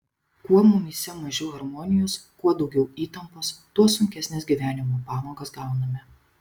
kuo mumyse mažiau harmonijos kuo daugiau įtampos tuo sunkesnes gyvenimo pamokas gauname